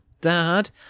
Dad